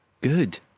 Good